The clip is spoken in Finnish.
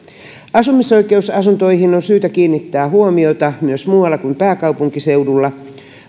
asumisoikeusasuntoihin on syytä kiinnittää huomiota myös muualla kuin pääkaupunkiseudulla